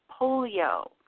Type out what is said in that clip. polio